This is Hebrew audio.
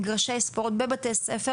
מגרשי ספורט בבתי-הספר,